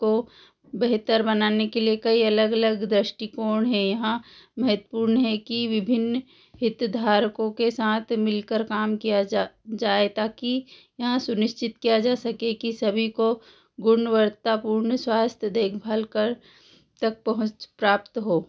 को बेहतर बनाने के लिए कई अलग अलग दृष्टिकोण है यहाँ महत्वपूर्ण है कि विभिन्न हित धारकों के साथ मिलकर काम किया जा जाए ताकि यहाँ सुनिश्चित किया जा सके की सभी को गुणवत्तापूर्ण स्वास्थ्य देखभालकर तक पहुँच प्राप्त हो